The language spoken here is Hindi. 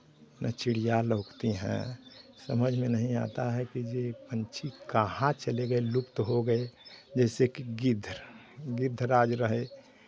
चिड़िया लौकती है समझ में नहीं आता है कि ये पंछी कहाँ चले गए लुप्त हो गए जैसेकि गिद्ध गिद्धराज रहे